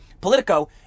Politico